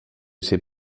sait